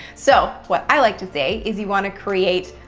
so what i like to say is you want to create.